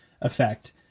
effect